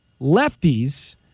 Lefties